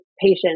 patient